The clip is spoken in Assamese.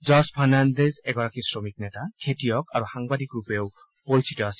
জৰ্জ ফাৰ্ণাণ্ডেজ এগৰাকী শ্ৰমিক নেতা খেতিয়ক আৰু সাংবাদিকৰূপেও পৰিচিত আছিল